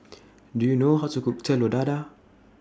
Do YOU know How to Cook Telur Dadah